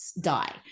die